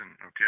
Okay